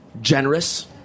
generous